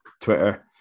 Twitter